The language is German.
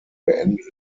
beenden